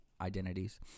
identities